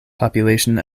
population